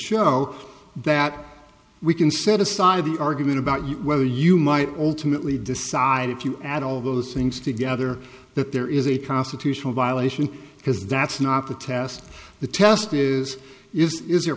show that we can set aside the argument about whether you might ultimately decide if you add all of those things together that there is a constitutional violation because that's not the task the test is is is the